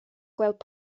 gweld